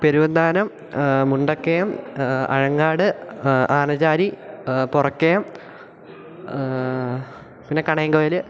പെരുവന്താനം മുണ്ടക്കയം അഴങ്ങാട് ആനചാരി പൊറക്കയം പിന്നെ കണയങ്കോയിൽ